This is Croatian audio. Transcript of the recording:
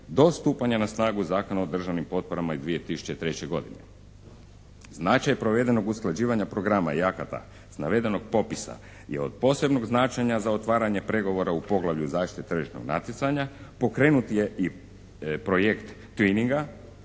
do stupanja na snagu Zakona o državnim potporama iz 2003. godine. Značaj provedenog usklađivanja programa i akata s navedenog popisa je od posebnog značenja za otvaranje pregovora u poglavlju zaštite tržišnog natjecanja, pokrenut je i projekt …/Govornik